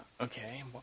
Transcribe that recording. okay